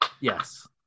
Yes